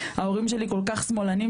ההורים שלי כל כך שמאלנים,